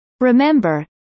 Remember